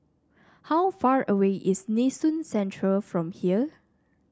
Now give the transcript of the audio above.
how far away is Nee Soon Central from here